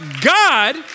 God